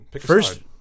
First